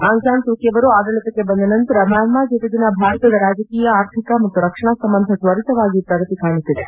Aung San Suu Kyi ಅವರು ಆಡಳಿತಕ್ಕೆ ಬಂದ ನಂತರ ಮ್ಯಾನ್ಸಾರ್ ಜತೆಗಿನ ಭಾರತದ ರಾಜಕೀಯ ಆರ್ಥಿಕ ಮತ್ತು ರಕ್ಷಣಾ ಸಂಬಂಧ ತ್ವರಿತವಾಗಿ ಪ್ರಗತಿ ಕಾಣುತ್ತಿದೆ